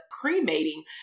cremating